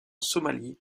somalie